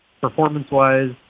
performance-wise